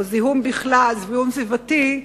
או זיהום סביבתי בכלל.